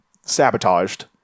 sabotaged